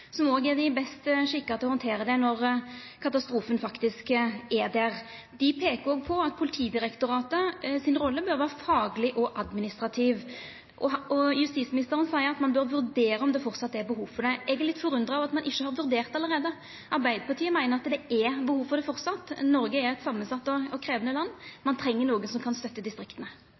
som òg er dei som er best skikka til å handtera det når katastrofen faktisk er der. Dei peikar òg på at Politidirektoratets rolle bør vera fagleg og administrativ, og justisministeren seier at ein bør vurdera om det framleis er behov for det. Eg er litt forundra over at ein ikkje har vurdert det allereie. Arbeidarpartiet meiner at det er behov for det framleis. Noreg er eit samansett og krevjande land. Ein treng nokon som kan støtta distrikta.